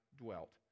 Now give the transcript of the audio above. dwelt